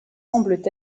semblent